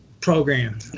program